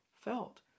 felt